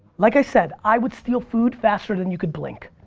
like i said, i would steal food faster than you could blink.